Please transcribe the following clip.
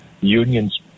unions